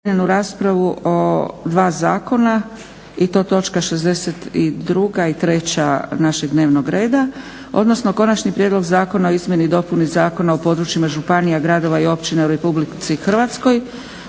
raspravu o dva zakona i to točka 62. i 63 našeg dnevnog reda, odnosno 62. Konačni prijedlog zakona o izmjeni i dopuni zakona o područjima županija, gradova i općina u Republici Hrvatskoj,